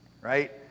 right